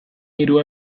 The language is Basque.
hiru